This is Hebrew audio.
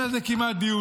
אין על זה כמעט דיונים.